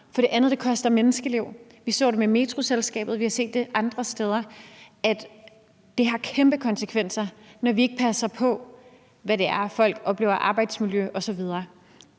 for det andet koster menneskeliv. Vi så det med Metroselskabet, og vi har set andre steder, at det har kæmpe konsekvenser, når vi ikke passer på med folks arbejdsmiljø osv.